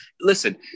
Listen